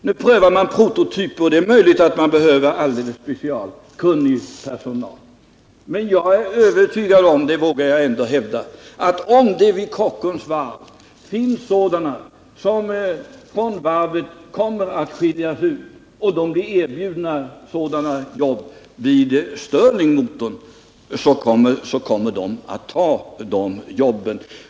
Nu prövar man prototyper, och det är möjligt att man behöver specialkunnig personal till det. Men jag är övertygad om — det vågar jag ändå hävda — att om det i Kockums Varv finns sådan personal som kommer att skiljas ut från varvet, och om de blir erbjudna jobb med Stirlingmotorn, så kommer de naturligtvis att ta de jobben.